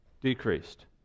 decreased